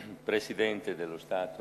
(נושא דברים בשפה